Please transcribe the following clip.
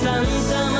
Santa